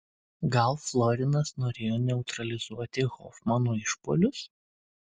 gal florinas norėjo neutralizuoti hofmano išpuolius